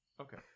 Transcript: Okay